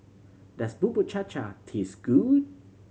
does Bubur Cha Cha taste good